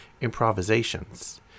improvisations